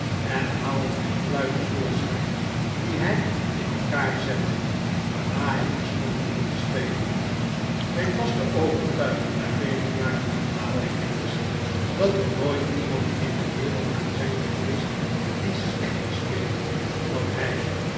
en haalde zijn fluit te voorschijn die hij in elkaar zette waarna hij terstond begon te spelen mijn vaste overtuiging na vele jareh van nadenken is dat er nooit iemand in de wereld kan zijn geweest die slechter speelde dan hij